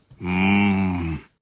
Mmm